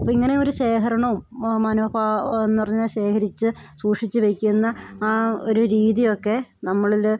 അപ്പം ഇങ്ങനെയൊരു ശേഖരണവും മനോഭാ എന്നു പറഞ്ഞാൽ ശേഖരിച്ച് സൂക്ഷിച്ചു വെയ്ക്കുന്ന ആ ഒരു രീതിയൊക്കെ നമ്മളിൽ